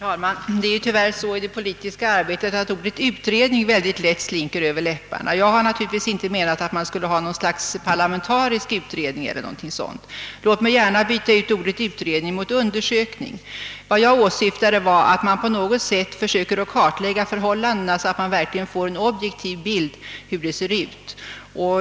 Herr talman! Det är tyvärr så i det politiska arbetet att ordet »utredning» lätt slinker över läpparna. Jag har naturligtvis inte menat att det skulle tillsättas någon parlamentarisk utredning eller liknande. Låt mig byta ut ordet »utredning» mot »undersökning». Vad jag åsyftade var att man på något sätt skulle försöka kartlägga förhållandena, så att man får en objektiv bild av läget.